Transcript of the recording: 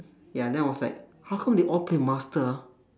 ya then I was like how come they all play master ah